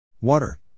Water